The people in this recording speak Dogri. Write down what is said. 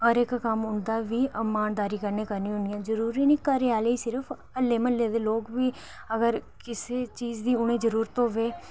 हर इक कम्म उंदा बी ईमानदारी कन्न्नै करनी हुन्नी आं जरूरी नी घरे आह्ले सिर्फ हल्ले म्हल्ले दे लोक बी अगर किसे चीज दी उनेंगी जरूरत होवे